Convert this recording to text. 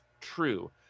true